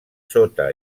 sota